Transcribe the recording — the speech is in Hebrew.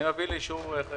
מכיר את זה,